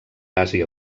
àsia